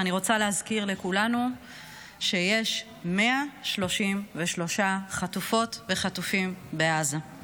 ואני רוצה להזכיר לכולנו שיש 133 חטופות וחטופים בעזה.